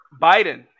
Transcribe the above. Biden